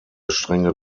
strenge